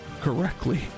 correctly